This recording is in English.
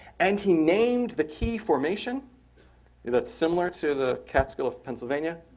and he named the key formation that's similar to the catskill of pennsylvania,